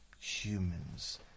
Humans